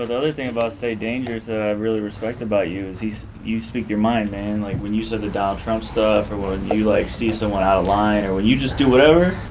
other thing about stay dangerous that i really respect about you is he's, you speak your mind man. like when you said the donald trump stuff or whatever, you like see someone out of line, or when you just do whatever,